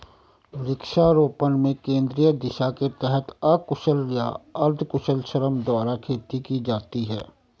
वृक्षारोपण में केंद्रीय दिशा के तहत अकुशल या अर्धकुशल श्रम द्वारा खेती की जाती है